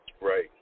right